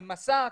ל'מסע',